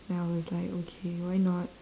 then I was like okay why not